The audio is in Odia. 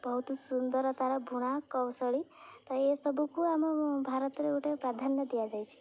ବହୁତ ସୁନ୍ଦର ତା'ର ବୁଣା କୌଶଳୀ ତ ଏସବୁକୁ ଆମ ଭାରତରେ ଗୋଟେ ପ୍ରାଧାନ୍ୟ ଦିଆଯାଇଛି